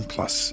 Plus